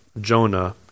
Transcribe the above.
Jonah